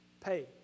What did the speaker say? Pay